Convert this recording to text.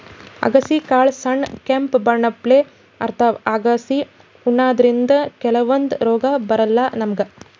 ಅಗಸಿ ಕಾಳ್ ಸಣ್ಣ್ ಕೆಂಪ್ ಬಣ್ಣಪ್ಲೆ ಇರ್ತವ್ ಅಗಸಿ ಉಣಾದ್ರಿನ್ದ ಕೆಲವಂದ್ ರೋಗ್ ಬರಲ್ಲಾ ನಮ್ಗ್